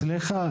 סליחה,